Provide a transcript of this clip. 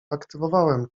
aktywowałem